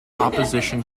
opposition